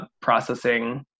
processing